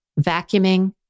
vacuuming